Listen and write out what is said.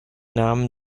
namen